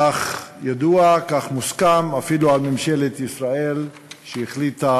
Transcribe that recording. כך ידוע, כך מוסכם, אפילו על ממשלת ישראל, שהחליטה